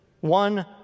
one